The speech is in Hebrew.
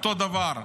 אותו דבר.